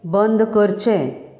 बंद करचें